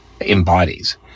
embodies